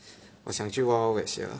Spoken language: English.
我想去 wet sia